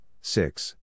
six